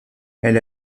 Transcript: elle